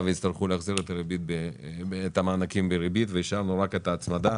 ויצטרכו להחזיר את המענקים - בריבית והשארנו רק את ההצמדה.